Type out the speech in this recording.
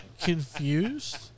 confused